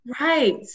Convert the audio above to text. Right